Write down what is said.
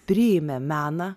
priėmė meną